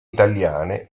italiane